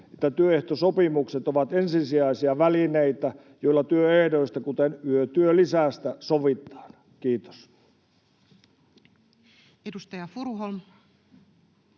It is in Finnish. että työehtosopimukset ovat ensisijaisia välineitä, joilla työehdoista, kuten yötyölisistä, sovitaan.” — Kiitos. [Speech